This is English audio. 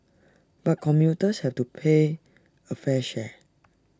but commuters have to pay A fair share